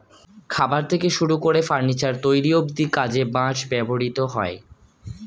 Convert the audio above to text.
খাবার থেকে শুরু করে ফার্নিচার তৈরি অব্ধি কাজে বাঁশ ব্যবহৃত হয়